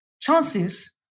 chances